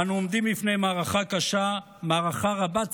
אנו עומדים בפני מערכה קשה, מערכה רבת סבל,